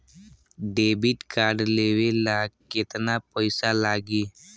Debit card लेवे ला केतना पईसा लागी?